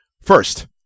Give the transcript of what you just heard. First